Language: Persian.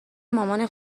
مامان